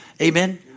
Amen